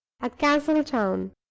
at castletown.